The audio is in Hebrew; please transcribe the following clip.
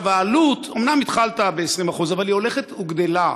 העלות, אומנם התחלת ב-20%, אבל היא הולכת וגדלה,